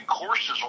courses